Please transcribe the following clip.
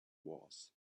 wars